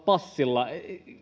passilla